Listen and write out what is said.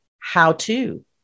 how-to